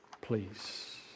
please